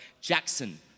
Jackson